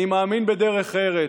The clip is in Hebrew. אני מאמין בדרך ארץ.